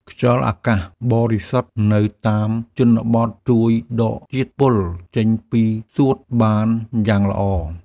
ខ្យល់អាកាសបរិសុទ្ធនៅតាមជនបទជួយដកជាតិពុលចេញពីសួតបានយ៉ាងល្អ។